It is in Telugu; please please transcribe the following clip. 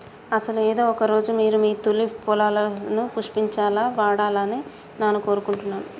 అసలు ఏదో ఒక రోజు మీరు మీ తూలిప్ పొలాలు పుష్పించాలా సూడాలని నాను కోరుకుంటున్నాను